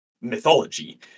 mythology